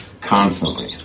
constantly